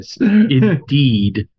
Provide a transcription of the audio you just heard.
Indeed